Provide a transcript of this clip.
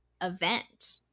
event